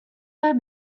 pas